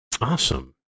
Awesome